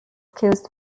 caused